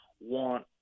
want